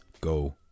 go